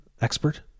expert